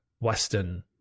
Western